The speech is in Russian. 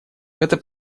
это